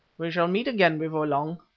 we shall meet again before long,